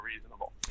reasonable